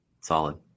Solid